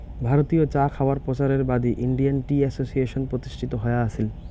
ভারতীয় চা খাওয়ায় প্রচারের বাদী ইন্ডিয়ান টি অ্যাসোসিয়েশন প্রতিষ্ঠিত হয়া আছিল